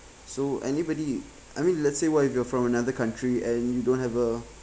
so anybody I mean let's say what if you are from another country and you don't have a